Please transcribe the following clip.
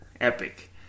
Epic